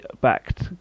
backed